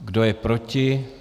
Kdo je proti?